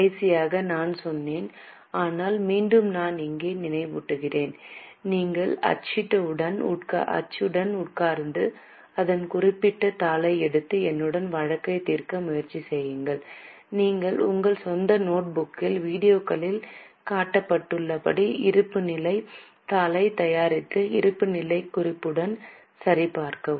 கடைசியாக நான் சொன்னேன் ஆனால் மீண்டும் நான் இங்கே நினைவூட்டுகிறேன் நீங்கள் அச்சுடன் உட்கார்ந்து அந்த குறிப்பிட்ட தாளை எடுத்து என்னுடன் வழக்கைத் தீர்க்க முயற்சி செய்யுங்கள் பின்னர் உங்கள் சொந்த நோட்புக்கில் வீடியோவில் காட்டப்பட்டுள்ளபடி இருப்புநிலைத் தாளைத் தயாரித்து இருப்புநிலைக் குறிப்புடன் சரிபார்க்கவும்